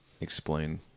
explain